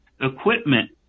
equipment